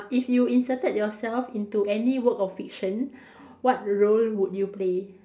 if you inserted yourself into any work of fiction what role would you play